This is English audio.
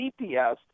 GPS